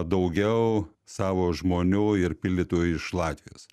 daugiau savo žmonių ir pildytų iš latvijos